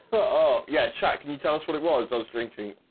oh, yeah check can you tell us what it was i was drinking.